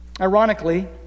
Ironically